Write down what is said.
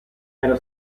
era